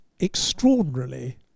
...extraordinarily